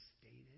stated